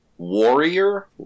warrior